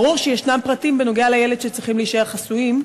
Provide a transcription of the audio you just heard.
ברור שישנם פרטים בנוגע לילד שצריכים להישאר חסויים.